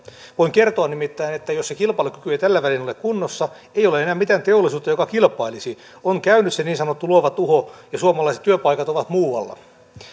voin kertoa nimittäin että jos se kilpailukyky ei tällä välin ole kunnossa ei ole enää mitään teollisuutta joka kilpailisi on käynyt se niin sanottu luova tuho ja suomalaiset työpaikat ovat muualla